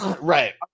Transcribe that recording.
Right